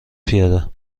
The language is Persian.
پیاده